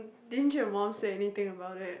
didn't your mum say anything about it